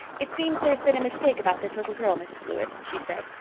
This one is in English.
it seems there's been a mistake about this little girl, mrs. blewett, she said.